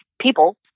people